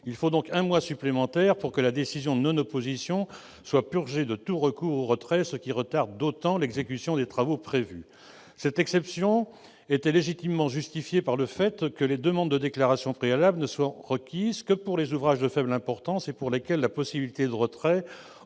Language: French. Il faut donc un mois supplémentaire pour que la décision de non-opposition soit purgée de tout recours ou retrait, ce qui retarde d'autant l'exécution des travaux prévus. Cette exception était légitimement justifiée par le fait que les demandes de déclaration préalable ne sont requises que pour les ouvrages de faible importance et pour lesquels la possibilité de retrait